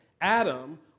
Adam